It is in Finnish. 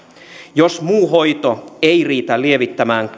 jos muu hoito ei riitä lievittämään